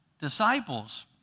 disciples